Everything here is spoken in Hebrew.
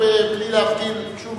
בלי להפגין שום,